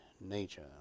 nature